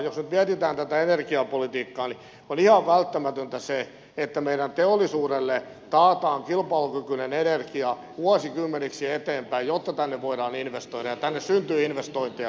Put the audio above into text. jos nyt mietitään tätä energiapolitiikkaa niin on ihan välttämätöntä se että meidän teollisuudellemme taataan kilpailukykyinen energia vuosikymmeniksi eteenpäin jotta tänne voidaan investoida ja tänne syntyy investointeja